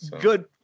good